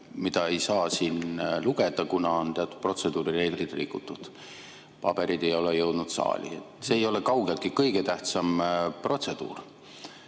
mida ei saa siin lugeda, kuna on teatud protseduurireegleid rikutud, paberid ei ole jõudnud saali. See ei ole kaugeltki kõige tähtsam protseduur.